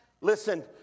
Listen